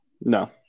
No